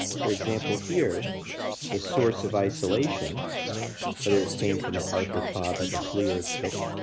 for example here the source of isolation whether it came from an arthropod like a flea or a tick,